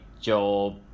job